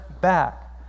back